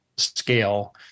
scale